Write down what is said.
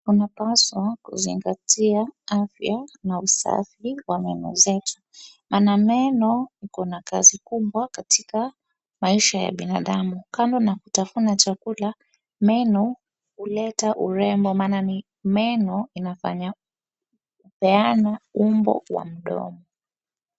Tunapaswa kuzingatia afya na usafi wa meno zetu. Kwa maana meno ina kazi kubwa katika Maisha ya binadamu kando na kutafuna chakula meno huleta urembo meno inafanya kupeana umbo wa mdomo.